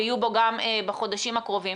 ויהיו בו גם בחודשים הקרובים.